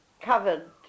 covered